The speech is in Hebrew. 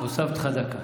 הוספתי לך דקה.